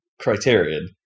Criterion